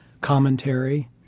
commentary